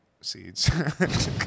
Seeds